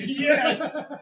Yes